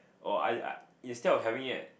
oh I I instead of having it at